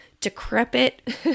decrepit